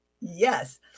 Yes